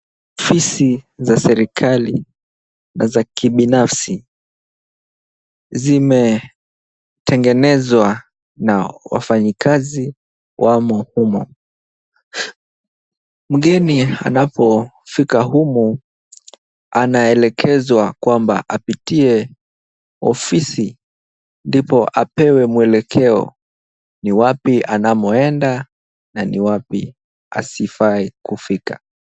Afisi za serikali na za kibinafsi zimetengenezwa na wafanyikazi wamo humo. Mgeni anapofika humu, anaelekezwa kwamba apitie ofisi ndipo apewe mwelekeo ni wapi anamoenda na ni wapi asifae kufika.